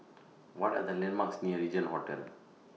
What Are The landmarks near Regin Hotel